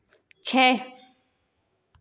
छः